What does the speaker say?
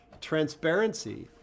transparency